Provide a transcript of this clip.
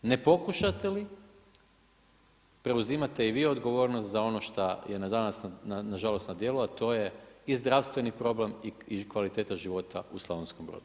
Ne pokušate li preuzimate i vi odgovornost za ono šta je danas na žalost na djelu, a to je i zdravstveni problem i kvaliteta života u Slavonskom Brodu.